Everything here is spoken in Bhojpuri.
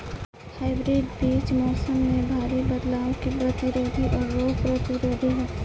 हाइब्रिड बीज मौसम में भारी बदलाव के प्रतिरोधी और रोग प्रतिरोधी ह